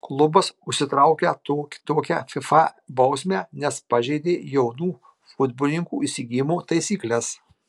klubas užsitraukė tokią fifa bausmę nes pažeidė jaunų futbolininkų įsigijimo taisykles